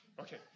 Okay